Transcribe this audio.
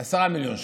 10 מיליון שקלים,